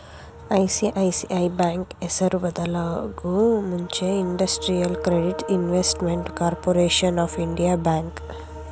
ICICI ಬ್ಯಾಂಕ್ನ ಹೆಸರು ಬದಲಾಗೂ ಮುಂಚೆ industrial credit investment corporation of India bank